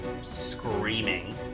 screaming